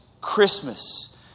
Christmas